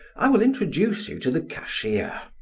i will introduce you to the cashier.